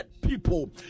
people